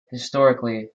historically